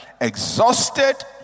Exhausted